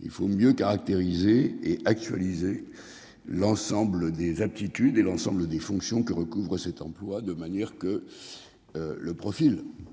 Il faut mieux caractériser et actualiser l'ensemble des aptitudes et l'ensemble des fonctions que recouvre cet emploi de manière que. Le profil